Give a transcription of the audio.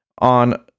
On